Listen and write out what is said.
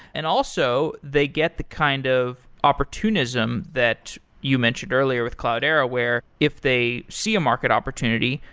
and also, they get the kind of opportunism that you mentioned earlier with cloudera, where if they see a market opportunity,